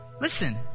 Listen